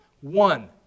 One